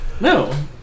No